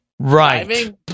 right